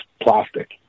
plastic